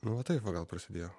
nu va taip va gal prasidėjo